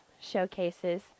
showcases